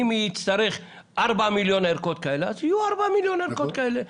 אם יצטרכו 4 מיליון ערכות כאלה אז יהיו 4 מיליון ערכות כאלה,